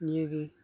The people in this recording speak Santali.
ᱱᱤᱭᱟᱹᱜᱮ